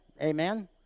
amen